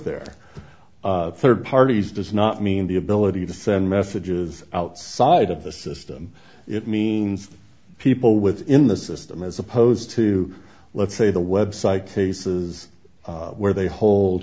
there third parties does not mean the ability to send messages outside of the system it means people within the system as opposed to let's say the website cases where they hol